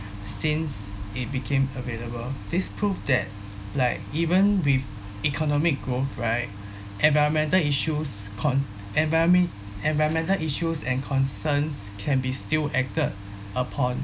since it became available this proved that like even with economic growth right environmental issues con~ environme~ environmental issues and concerns can be still acted upon